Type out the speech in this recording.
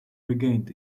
regained